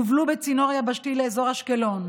הנפט יובל בצינור יבשתי לאזור אשקלון,